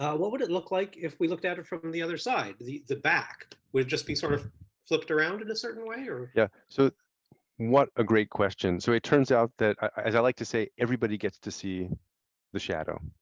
what would it look like if we look at it from from the other side? the the back. would it just be sort of flipped around in a certain way? shep yeah. so what a great question. so it turns out that, as i like to say, everybody gets to see the shadow.